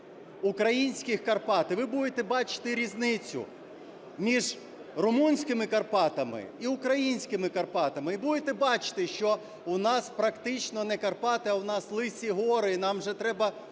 українських Карпат. І ви будете бачити різницю між румунськими Карпатами і українськими Карпатами. І будете бачити, що у нас практично не Карпати, а у нас лисі гори і нам вже треба